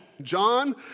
John